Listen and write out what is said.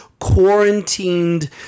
Quarantined